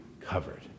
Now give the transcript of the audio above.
covered